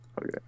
Okay